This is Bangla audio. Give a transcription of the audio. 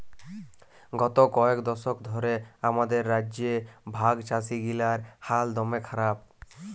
গত কয়েক দশক ধ্যরে আমাদের রাজ্যে ভাগচাষীগিলার হাল দম্যে খারাপ